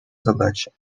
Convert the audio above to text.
задачи